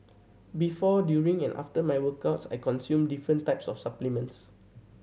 before during and after my workouts I consume different types of supplements